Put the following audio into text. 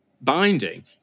binding